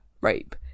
rape